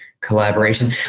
collaboration